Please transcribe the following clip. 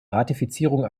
ratifizierung